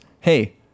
hey